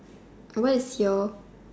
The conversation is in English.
what is your